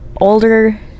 older